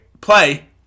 play